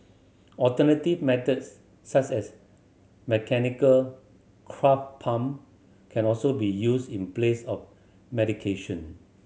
alternative methods such as mechanical pump can also be used in place of medication